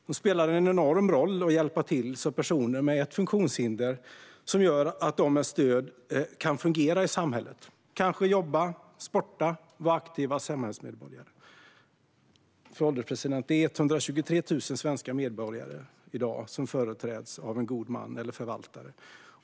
De spelar en enorm roll och hjälper till så att personer med funktionshinder med stöd kan fungera i samhället och kanske jobba, sporta och vara aktiva samhällsmedborgare. Fru ålderspresident! Det är i dag 123 000 svenska medborgare som företräds av en god man eller en förvaltare.